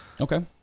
Okay